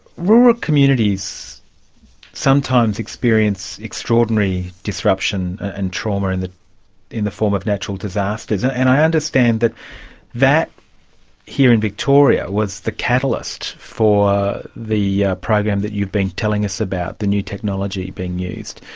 rural communities sometimes experience extraordinary disruption and trauma and in the form of natural disasters, and i understand that that here in victoria was the catalyst for the program that you've been telling us about, the new technology being used.